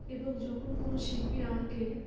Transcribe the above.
এবং যখন কোনো শিল্পী আমাকে